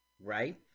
right